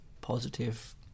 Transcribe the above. positive